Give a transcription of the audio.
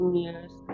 years